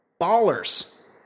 ballers